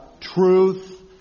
truth